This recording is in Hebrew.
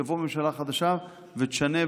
ותבוא ממשלה חדשה ותשנה,